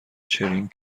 چرینگ